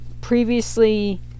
previously